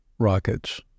rockets